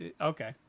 Okay